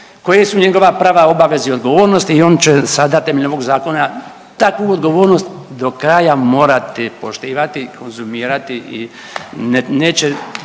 koje su njegova prava, obaveze, odgovornosti i on će sada temeljem ovog Zakona takvu odgovornost do kraja morati poštivati i konzumirati i neće